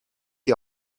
die